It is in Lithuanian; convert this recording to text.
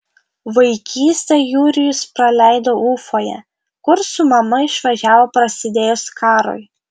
vaikystę jurijus praleido ufoje kur su mama išvažiavo prasidėjus karui